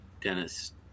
Dennis